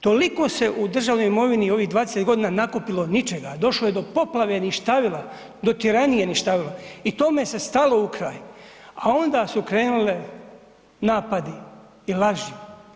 Toliko se u državnoj imovini u ovih 20 g. nakupilo ničega, došlo je do poplave ništavila, do tiranije ništavila i tome se stalo u kraj, a onda su krenule napadi i laži.